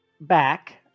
back